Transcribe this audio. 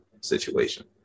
situation